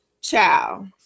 Ciao